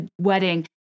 wedding